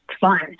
fun